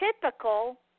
typical